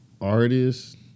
artists